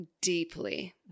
deeply